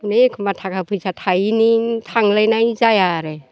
बे एखनबा थाखा फैसा थायैनि थांलायनाय जाया आरो